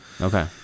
Okay